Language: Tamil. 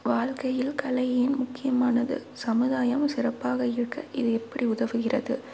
வாழ்க்கையில் கலை ஏன் முக்கியமானது சமுதாயம் சிறப்பாக இருக்க இது எப்படி உதவுகிறது